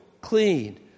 clean